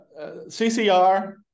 CCR